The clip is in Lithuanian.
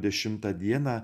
dešimtą dieną